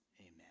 amen